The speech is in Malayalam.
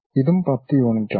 ഇതും 10 യൂണിറ്റുകളാണ്